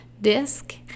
disk